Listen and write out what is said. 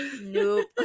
Nope